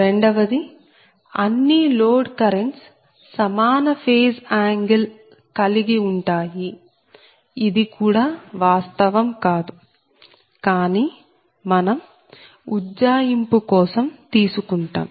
రెండవది అన్ని load currents సమాన ఫేజ్ యాంగిల్ angle కోణం కలిగి ఉంటాయి ఇది కూడా వాస్తవం కాదు కానీ మనం ఉజ్జాయింపు కోసం తీసుకుంటాం